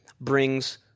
brings